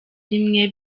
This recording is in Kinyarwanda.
rimwe